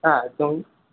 হ্যাঁ